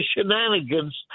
shenanigans